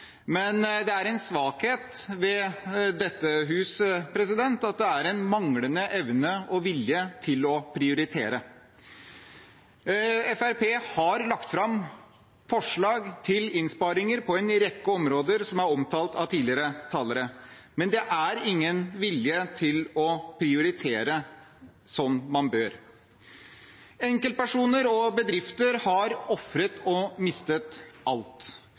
men det er en svakhet ved dette hus at det er en manglende evne og vilje til å prioritere. Fremskrittspartiet har lagt fram forslag til innsparinger på en rekke områder som er omtalt av tidligere talere, men det er ingen vilje til å prioritere som man bør. Enkeltpersoner og bedrifter har ofret og mistet alt.